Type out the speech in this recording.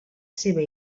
seva